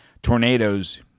tornadoes